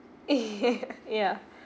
ya